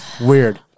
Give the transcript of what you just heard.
Weird